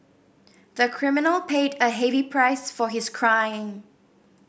the criminal paid a heavy price for his crime